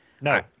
No